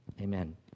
Amen